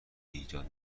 ایجاد